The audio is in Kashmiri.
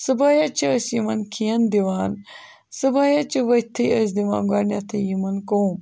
صُبحٲے چھِ أسۍ یِمَن کھٮ۪ن دِوان صُبحٲے حظ چھِ ؤتھٕے أسۍ دِوان گۄڈنٮ۪تھٕے یِمَن کٕم